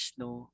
no